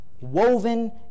woven